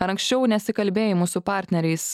ar anksčiau nesikalbėjimų su partneriais